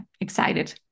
excited